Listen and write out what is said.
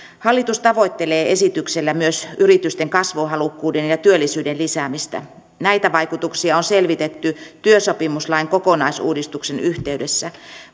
hallitus tavoittelee esityksellä myös yritysten kasvuhalukkuuden ja työllisyyden lisäämistä näitä vaikutuksia on selvitetty työsopimuslain kokonaisuudistuksen yhteydessä